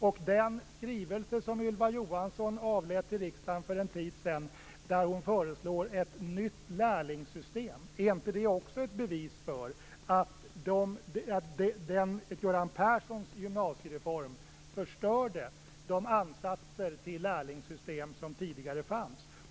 Är inte den skrivelse som Ylva Johansson avlämnade till riksdagen för en tid sedan där hon föreslår ett nytt lärlingssystem också ett bevis för att Göran Perssons gymnasiereform förstörde de ansatser till lärlingssystem som fanns tidigare?